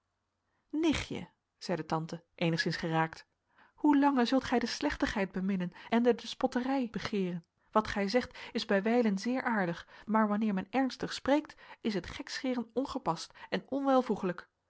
nichtje zeide tante eenigszins geraakt hoe lange sult gij de slechtigheyt beminnen ende de spotterye begeeren wat gij zegt is bijwijlen zeer aardig maar wanneer men ernstig spreekt is het gekscheren ongepast en